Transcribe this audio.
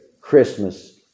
Christmas